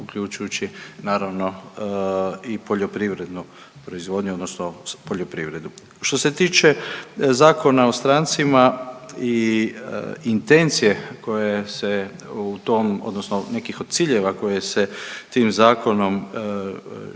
uključujući naravno i poljoprivrednu proizvodnju odnosno poljoprivredu. Što se tiče Zakona o strancima i intencije koje se u tom odnosno nekih od ciljeva koje se tim zakonom želi